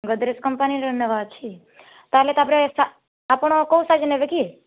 ଗୋଡ଼୍ରେଜ କମ୍ପାନୀର ନେବା ଅଛି ତା'ହେଲେ ତା'ପରେ ସା ଆପଣ କେଉଁ ସାଇଜ୍ ନେବେ କି